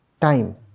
time